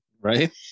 Right